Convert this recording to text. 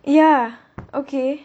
ya okay